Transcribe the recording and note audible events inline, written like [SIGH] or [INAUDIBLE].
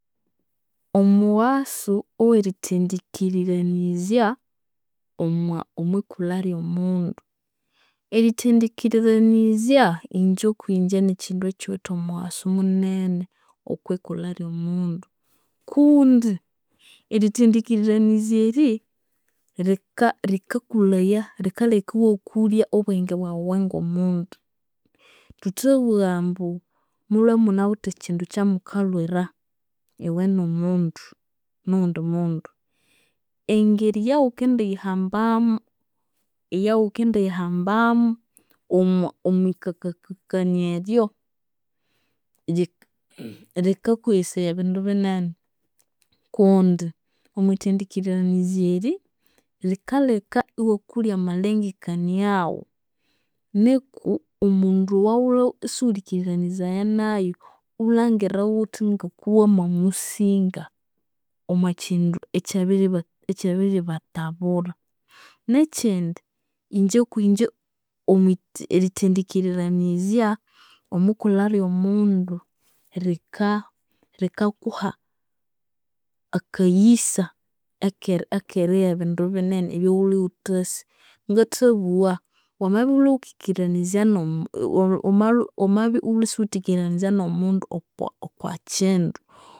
Omughasu owerithendikiriranizya omwa omwikulha lyomundu. Erithendikiriranizya inje okwinje nikyindu ekyiwithe omughasu munene okwikulha lyomundu, kundi erithendikiriranizya eri, lika likakulhaya likaleka iwakulya obwenge bwaghu iwe ngomundu. Thuthabugha ambu mulhwe imunawithe ekyindu ekyamukalhwira iwe nomundu, noghundi mundu. Engeri eyaghukendiyihambamu eyaghukendiyihambamu omwa omwikakakania eryo, li [NOISE] likakweghesaya ebindu binene kundi omwithendikiriranizya eri likaleka iwakulya amalengekaniaghu, nuku omundu eyaghulhwe isughuli kiriranizaya nayu ghulhangire ghuthi ngokuwamamusinga omwakyindu ekya ekyabiribatabura. Nekyindi, inje okwinje erithendikiriranizya omwikulha lyomundu, lika likakuha akaghisa ake- akerigha ebindu binene ebyaghulhwe ghuthasi. Ngathabugha, wamabya ighulhwe ghukiriranizya isighulikiriranizaya nomundu okwa okwakyindu